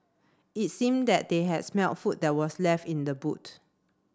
it seemed that they had smelt food that was left in the boot